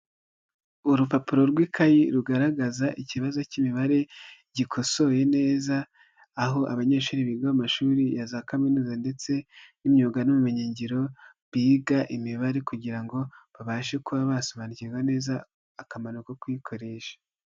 Urupapuro rw'ikayi rugaragaza ikibazo cy'imibare gikosoye neza, aho abanyeshuri biga amashuri ya za kaminuza ndetse n'imyuga n'ubumenyingiro biga imibare, kugira ngo babashe kuba basobanukirwa neza akamaro ko kuyikoresha.